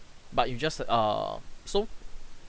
but you just err so